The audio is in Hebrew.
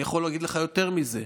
אני יכול להגיד לך יותר מזה,